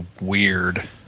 weird